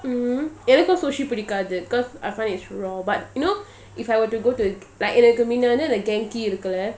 mmhmm எனக்கும்:enakum sushi பிடிக்காது:pidikathu cause I find it's raw but you know if I were to go to like genki அதுநல்லாயிருக்கும்:adhu nalla irukum